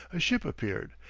a ship appeared,